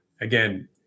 again